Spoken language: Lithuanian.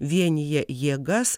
vienija jėgas